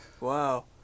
Wow